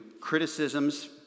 criticisms